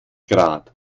grad